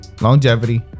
longevity